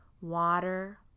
Water